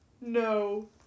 No